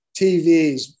tvs